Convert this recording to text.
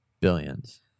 billions